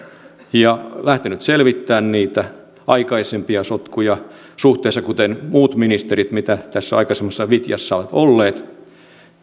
ja lähtenyt selvittämään niitä aikaisempia sotkuja suhteessa paremmin kuin muut ministerit mitä tässä vitjassa aikaisemmin on ollut